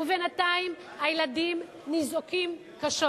ובינתיים הילדים ניזוקים קשות.